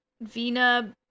Vina